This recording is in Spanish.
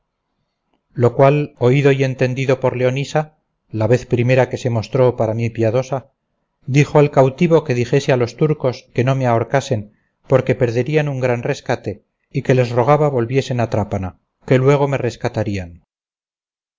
lo cual oído y entendido por leonisa la vez primera que se mostró para mí piadosa dijo al cautivo que dijese a los turcos que no me ahorcasen porque perderían un gran rescate y que les rogaba volviesen a trápana que luego me rescatarían